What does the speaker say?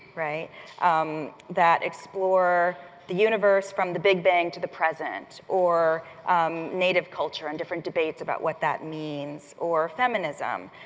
right um that explore the universe from the big bang to the present, or native culture, and different debates about what that means, or feminism.